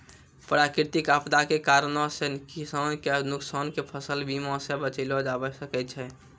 प्राकृतिक आपदा के कारणो से किसान के नुकसान के फसल बीमा से बचैलो जाबै सकै छै